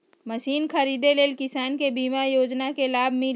Machine खरीदे ले किसान के बीमा योजना के लाभ मिली?